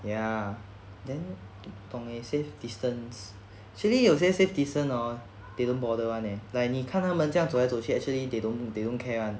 ya then 不懂 eh safe distance actually 有些 safe distance oh they don't bother [one] leh like 你看他们这样走来走去 actually they don't they don't care [one]